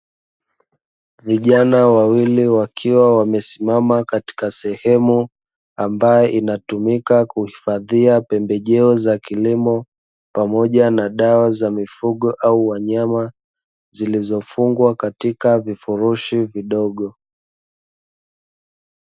Vijana wawili wakiwa wamesimama katika sehemu ambayo hutumika kuhifadhia pembejeo za kilimo, pamoja na dawa za mifugo au wanyama, zilizofungwa katika vifurushi vidogo.